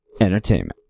entertainment